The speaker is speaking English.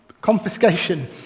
confiscation